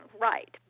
right